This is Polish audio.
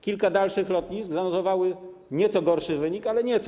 Kilka dalszych lotnisk zanotowało nieco gorszy wynik, ale nieco.